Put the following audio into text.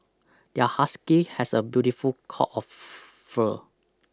their husky has a beautiful coat of fur